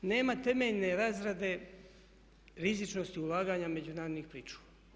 Nema temeljne razrade rizičnosti ulaganja međunarodnih pričuva.